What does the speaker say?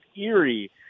eerie